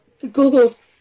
Google's